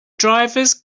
drivers